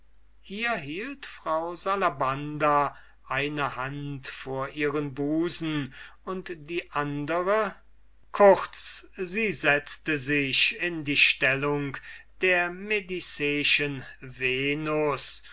hier hielt frau salabanda eine hand vor ihren busen und die andere kurz sie setzte sich in die attitüde der